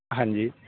ਹਾਂਜੀ